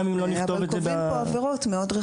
גם אם לא נכתוב את זה.